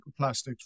microplastics